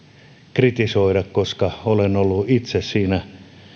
kritisoida koska olen ollut itse siinä